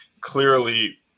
clearly